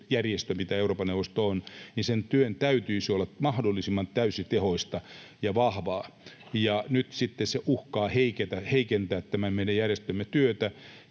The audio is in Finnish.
mikä Euroopan neuvosto on — sen työn täytyisi olla mahdollisimman täysitehoista ja vahvaa, ja nyt sitten tämä uhkaa heikentää tämän meidän järjestömme työtä.